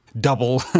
double